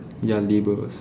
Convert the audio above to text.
ya labels